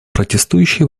протестующие